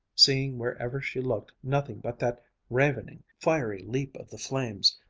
seeing wherever she looked nothing but that ravening, fiery leap of the flames,